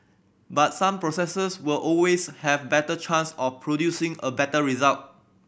but some processes will always have better chance of producing a better result